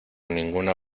ninguna